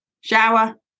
shower